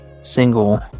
single